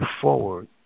forward